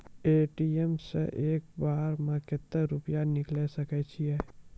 ATM सऽ एक बार म कत्तेक रुपिया निकालि सकै छियै?